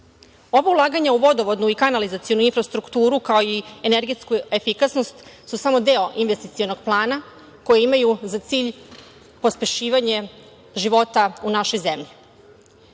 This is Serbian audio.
Ova ulaganja u vodovodnu i kanalizacionu infrastrukturu, kao i energetsku efikasnost su samo deo investicionog plana koja imaju za cilj pospešivanje života u našoj zemlji. Moram